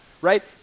right